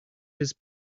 his